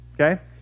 okay